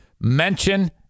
mention